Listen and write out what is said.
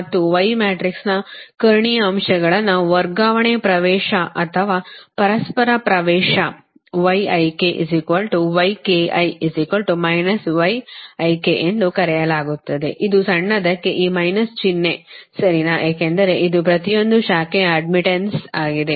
ಮತ್ತು y ಮ್ಯಾಟ್ರಿಕ್ಸ್ನ ಕರ್ಣೀಯ ಅಂಶಗಳನ್ನು ವರ್ಗಾವಣೆ ಪ್ರವೇಶ ಅಥವಾ ಪರಸ್ಪರ ಪ್ರವೇಶ ಎಂದು ಕರೆಯಲಾಗುತ್ತದೆ ಇದು ಸಣ್ಣದಕ್ಕೆ ಈ ಮೈನಸ್ ಚಿಹ್ನೆ ಸರಿನಾ ಏಕೆಂದರೆ ಇದು ಪ್ರತಿಯೊಂದು ಶಾಖೆಯ ಅಡ್ಡ್ಮಿಟ್ಟನ್ಸ್ ಆಗಿದೆ